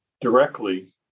directly